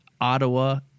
Ottawa